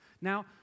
Now